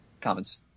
comments